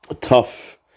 Tough